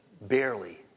barely